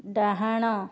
ଡାହାଣ